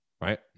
right